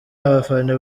abafana